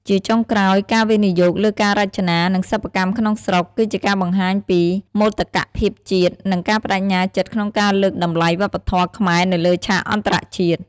ជាចុងក្រោយ ការវិនិយោគលើការរចនា និងសិប្បកម្មក្នុងស្រុក គឺជាការបង្ហាញពី មោទកភាពជាតិ និង ការប្តេជ្ញាចិត្តក្នុងការលើកតម្លៃវប្បធម៌ខ្មែរនៅលើឆាកអន្តរជាតិ។